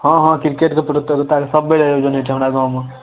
हँ हँ क्रिकेट सह प्रतियोगिताके सब बेर आयोजन होइत छै हमरा गावँमे